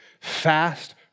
fast